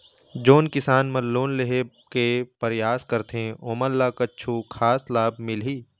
जोन किसान मन लोन लेहे के परयास करथें ओमन ला कछु खास लाभ मिलही?